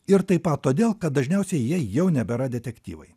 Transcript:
ir taip pat todėl kad dažniausiai jie jau nebėra detektyvai